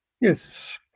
Yes